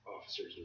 officers